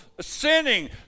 sinning